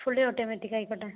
fully automatic ആയിക്കോട്ടെ